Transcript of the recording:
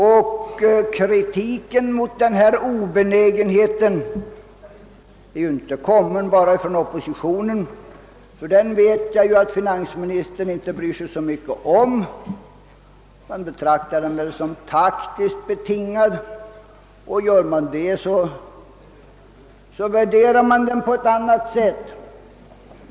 Och kritiken mot den obenägenhet som visats i det fallet har inte kommit bara från oppositionen. Den vet jag att finansministern inte bryr sig så mycket om; han betraktar väl den som taktiskt betingad, och gör man det värderar man den på ett helt annat sätt.